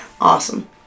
Awesome